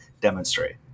demonstrate